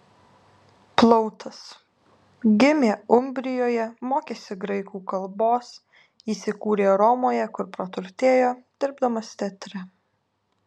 plautas gimė umbrijoje mokėsi graikų kalbos įsikūrė romoje kur praturtėjo dirbdamas teatre